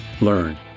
learn